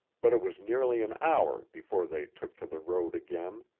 but it was nearly an hour before they took to the road again.